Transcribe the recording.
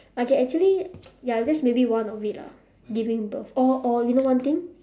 okay actually ya that's maybe one of it lah giving birth or or you know one thing